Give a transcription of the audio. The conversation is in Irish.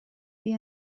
bhí